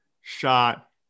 shot